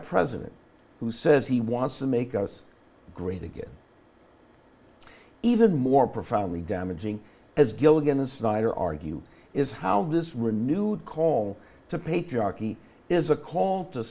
president who says he wants to make us great again even more profoundly damaging as gilligan and snyder argue is how this renewed call to patriarchy is a call to